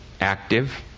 active